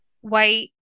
white